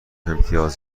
امتیاز